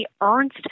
Ernst